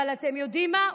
אבל אתם יודעים מה?